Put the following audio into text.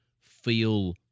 feel